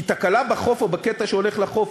כי תקלה בחוף או בקטע שהולך לחוף,